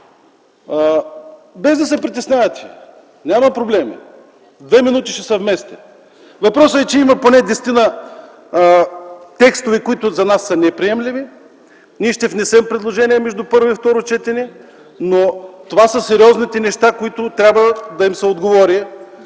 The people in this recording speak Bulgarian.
Без да се притеснявате, няма проблеми – ще се вместя в двете минути. Въпросът е, че има поне десетина текстове, които за нас са неприемливи. Ние ще внесем предложения между първо и второ четене, но това са сериозните неща, на които трябва да се отговори.